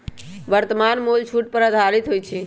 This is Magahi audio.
वर्तमान मोल छूट पर आधारित होइ छइ